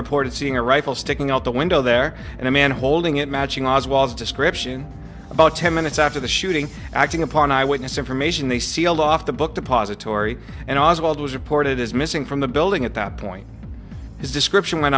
reported seeing a rifle sticking out the window there and a man holding it matching oswald's description about ten minutes after the shooting acting upon eyewitness information they sealed off the book depository and oswald was reported as missing from the building at that point his description went